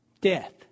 Death